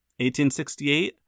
1868